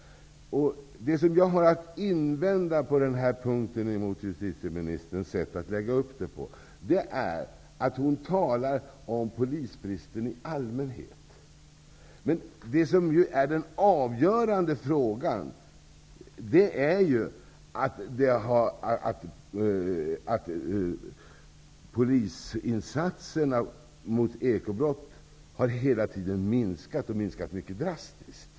Det som jag har att invända mot justitieministerns sätt att lägga upp sitt resonemang på den punkten är att hon talar om polisbristen i allmänhet. Den avgörande frågan är ju att polisinsatserna mot ekobrott hela tiden har minskat och minskat mycket drastiskt.